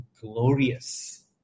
glorious